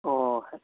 অ